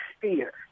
fear